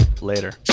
later